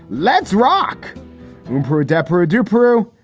let's rock in for a adepero do puru.